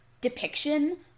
depiction